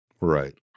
Right